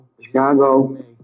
Chicago